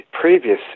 previous